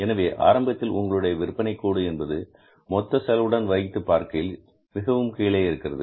எனவே ஆரம்பத்தில் உங்களுடைய விற்பனை கோடு என்பது மொத்த செலவுடன் வைத்துப் பார்க்கையில் மிகவும் கீழே இருக்கிறது